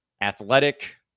athletic